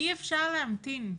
אי אפשר להמתין.